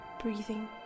breathing